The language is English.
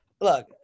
look